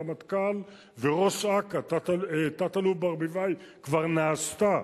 הרמטכ"ל וראש אכ"א, תת-אלוף ברביבאי כבר נעשתה,